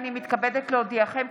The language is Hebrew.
הינני מתכבדת להודיעכם,